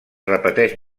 repeteix